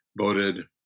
voted